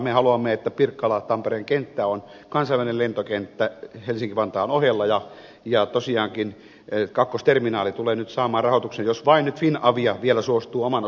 me haluamme että tampere pirkkalan kenttä on kansainvälinen lentokenttä helsinki vantaan ohella ja tosiaankin kakkosterminaali tulee nyt saamaan rahoituksen jos vain nyt finavia vielä suostuu oman osuutensa hoitamaan